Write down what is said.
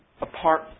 apart